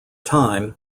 time